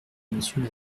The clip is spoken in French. monsieur